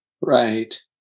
Right